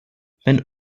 wenn